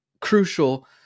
crucial